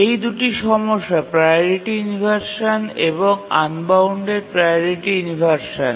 এই দুটি সমস্যা প্রাওরিটি ইনভারসান এবং আনবাউন্ডেড প্রাওরিটি ইনভারসান